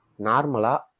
Normala